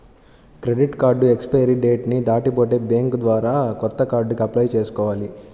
credit card expiry date ని దాటిపోతే bank ద్వారా కొత్త కార్డుకి అప్లై చేసుకోవాలి